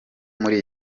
muri